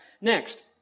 Next